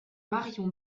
marion